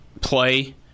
play